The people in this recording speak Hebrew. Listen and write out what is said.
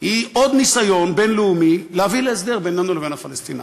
היא עוד ניסיון בין-לאומי להביא להסדר בינינו לבין הפלסטינים.